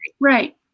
Right